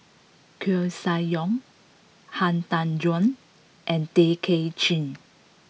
Koeh Sia Yong Han Tan Juan and Tay Kay Chin